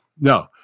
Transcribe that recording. No